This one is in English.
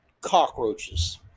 cockroaches